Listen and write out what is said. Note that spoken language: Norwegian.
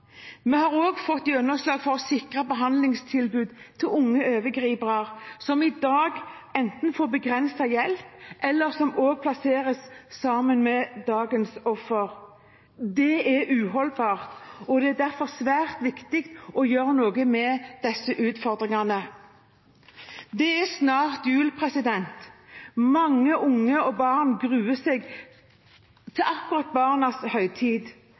Vi har også fått gjennomslag for å sikre behandlingstilbud til unge overgripere som i dag enten får begrenset hjelp, eller også plasseres sammen med dagens offer. Det er uholdbart, og det er derfor svært viktig å gjøre noe med disse utfordringene. Det er snart jul. Mange unge og barn gruer seg til akkurat barnas